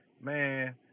man